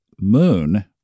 Moon